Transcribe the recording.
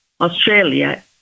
Australia